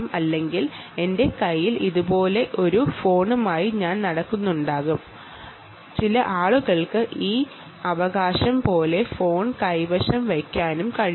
അല്ലെങ്കിൽ കയ്യിൽ ഇതുപോലുള്ള ഒരു ഫോണുമായി ഞാൻ നടക്കും